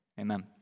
Amen